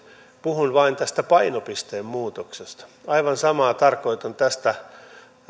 puhuin vain tästä painopisteen muutoksesta aivan samaa tarkoitan tässä